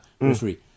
referee